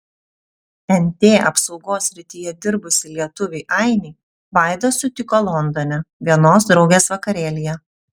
nt apsaugos srityje dirbusį lietuvį ainį vaida sutiko londone vienos draugės vakarėlyje